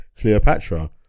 Cleopatra